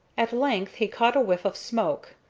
at length he caught a whiff of smoke,